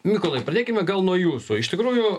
mykolai pradėkime gal nuo jūsų iš tikrųjų